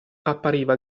appariva